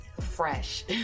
fresh